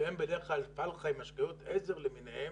שהם בדרך כלל פלחה עם השקיות עזר למיניהן,